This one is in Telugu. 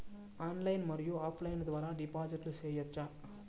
ఆన్లైన్ మరియు ఆఫ్ లైను ద్వారా డిపాజిట్లు సేయొచ్చా?